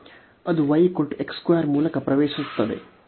ಅದು y x 2 ಮೂಲಕ ಪ್ರವೇಶಿಸುತ್ತದೆ